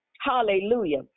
Hallelujah